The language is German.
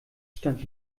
stand